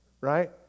right